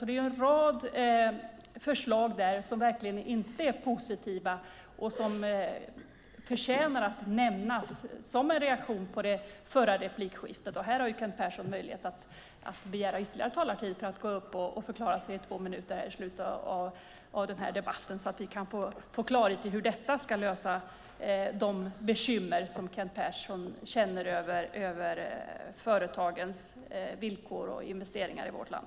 Det är en rad förslag där som verkligen inte är positiva och som förtjänar att nämnas som en reaktion på det förra replikskiftet. Kent Persson har möjlighet att begära ytterligare talartid för att gå upp och förklara sig i två minuter här i slutet av debatten så att vi kan få klarhet i hur detta ska lösa de bekymmer som Kent Persson har för företagens villkor och investeringar i vårt land.